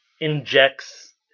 injects